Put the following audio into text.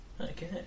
Okay